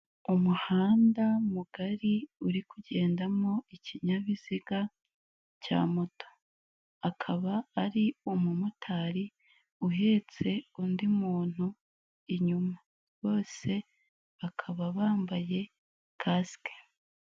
Umuhanda mugari uri kugendamo ikinyabiziga cya moto. Akaba ari umu motari uhetse undi muntu inyuma, bose bakaba bambaye kasike.